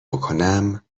بکنم